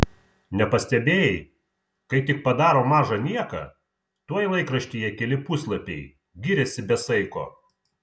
nepastebėjai kai tik padaro mažą nieką tuoj laikraštyje keli puslapiai giriasi be saiko